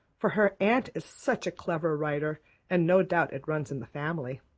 for her aunt is such a clever writer and no doubt it runs in the family.